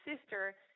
sister